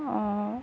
অঁ